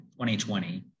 2020